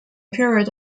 period